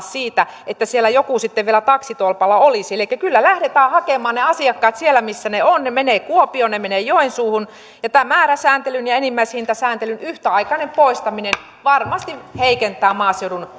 siitä että siellä joku sitten vielä taksitolpalla olisi elikkä kyllä lähdetään hakemaan ne asiakkaat sieltä missä ne ovat ne menevät kuopioon ne menevät joensuuhun määräsääntelyn ja enimmäishintasääntelyn yhtäaikainen poistaminen varmasti heikentää maaseudun